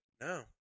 No